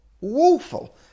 woeful